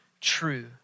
true